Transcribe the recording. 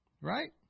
Right